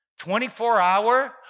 24-hour